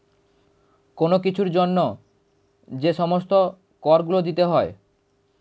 কোন কিছুর জন্য যে সমস্ত কর গুলো দিতে হয়